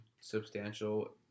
substantial